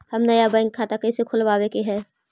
हम नया बैंक खाता कैसे खोलबाबे के है?